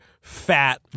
fat